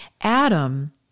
Adam